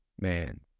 Man